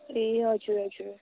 ए हजुर हजुर